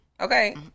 okay